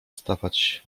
stawać